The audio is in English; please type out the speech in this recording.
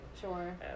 sure